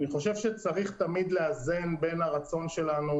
אני חושב שצריך תמיד לאזן בין הרצון שלנו